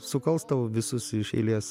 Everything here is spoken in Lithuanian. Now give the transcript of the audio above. sukals tau visus iš eilės